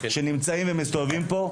שנמצאים ומסתובבים פה,